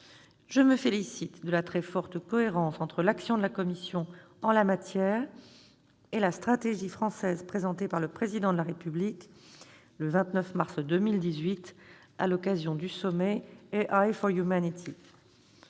Je me félicite de la très forte cohérence entre l'action de la Commission en la matière et la stratégie française présentée par le Président de la République le 29 mars 2018 à l'occasion du sommet. Je salue